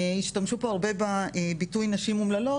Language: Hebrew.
השתמשו פה הרבה בביטוי נשים אומללות,